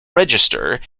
register